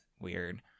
weird